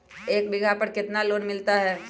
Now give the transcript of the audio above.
एक बीघा पर कितना लोन मिलता है?